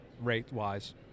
rate-wise